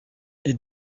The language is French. est